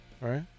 Right